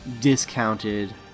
discounted